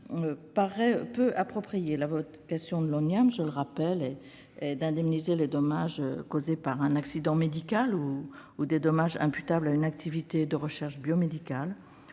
peu approprié. La vocation de l'Oniam, je le rappelle, est d'indemniser les dommages causés par un accident médical ou des dommages imputables à une activité de recherche biomédicale,